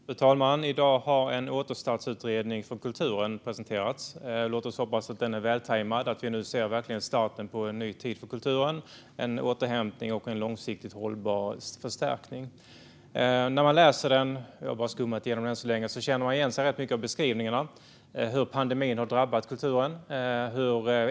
Fru talman! I dag har en återstartsutredning för kulturen presenterats. Låt oss hoppas att den är vältajmad och att vi nu verkligen ser starten för en ny tid för kulturen, en återhämtning och en långsiktigt hållbar förstärkning. När man läser utredningen - jag har bara skummat igenom den än så länge - känner man igen sig rätt mycket i beskrivningarna. Det handlar om hur pandemin har drabbat kulturen.